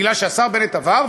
כי השר בנט עבר,